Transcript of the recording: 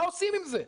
מה עושים עם זה?